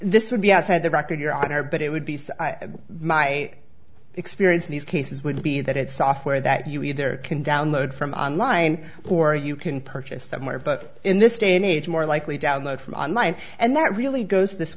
this would be outside the record your honor but it would be my experience in these cases would be that it's software that you either can download from online or you can purchase that more but in this day and age more likely download from online and that really goes to this